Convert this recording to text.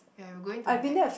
ya we are going to Nex